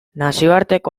nazioarteko